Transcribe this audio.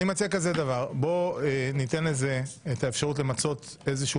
אני מציע בואו ניתן לזה את האפשרות למצות איזשהו